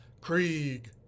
Krieg